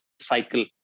cycle